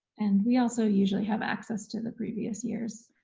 and we also usually have access to the previous year's